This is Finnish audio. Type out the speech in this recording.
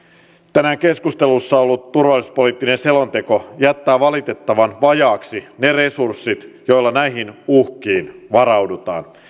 tänään keskustelussa ollut turvallisuuspoliittinen selonteko jättää valitettavan vajaiksi ne resurssit joilla näihin uhkiin varaudutaan